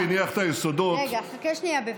מה שהניח את היסודות, רגע, חכה שנייה, בבקשה.